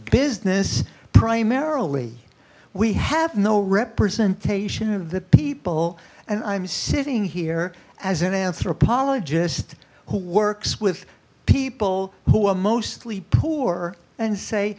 business primarily we have no representation of the people and i'm sitting here as an anthropologist who works with people who are mostly poor and say